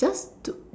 just to